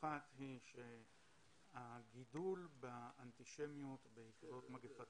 האחת היא שהגידול באנטישמיות בעקבות מגיפת